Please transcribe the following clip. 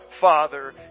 father